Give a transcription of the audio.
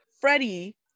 Freddie